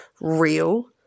real